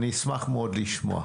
אני אשמח מאוד לשמוע.